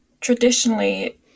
traditionally